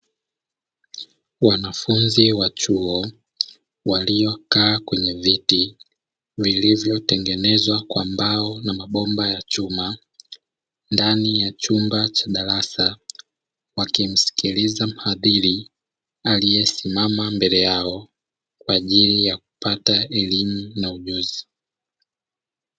Wanafunzi wa chuo waliokaa kwenye viti vilivyotengenezwa kwa mbao na mabomba ya chuma, ndani ya chumba cha darasa wakimsikiliza mhadhiri aliyesimama mbele yao kwa ajili ya kupata elimu na ujuzi.